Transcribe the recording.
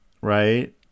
right